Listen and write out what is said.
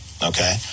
okay